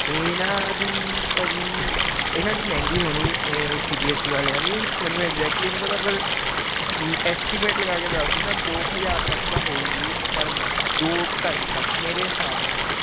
ਇਹਨਾਂ ਦੀ ਭਾਅ ਜੀ ਇਹਨਾਂ ਦੀ ਮਹਿੰਗੀ ਹੋਣੀ ਇਹ ਸੀ ਬੀ ਐਸ ਈ ਵਾਲਿਆਂ ਦੀ ਮੈਨੂੰ ਐਗਜੈਕਟਲੀ ਨਹੀਂ ਪਤਾ ਪਰ ਐਸਟੀਮੇਟ ਲਗਾ ਕੇ ਦੱਸ ਦਿੰਨਾ ਦੋ ਕ ਹਜਾਰ ਤੱਕ ਤਾਂ ਹੋਊਗੀ ਪਰ ਮੰਥ ਦੋ ਢਾਈ ਤੱਕ ਮੇਰੇ ਹਿਸਾਬ ਨਾਲ ਤਾਂ